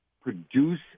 produce